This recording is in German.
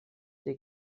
sie